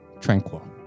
tranquil